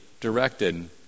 directed